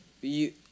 you